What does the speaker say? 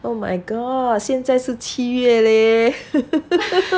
oh my gosh 现在是七月